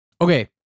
okay